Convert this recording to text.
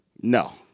No